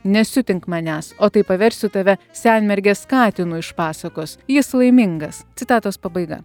nesiutink manęs o tai paversiu tave senmergės katinu iš pasakos jis laimingas citatos pabaiga